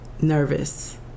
nervous